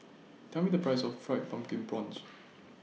Tell Me The Price of Fried Pumpkin Prawns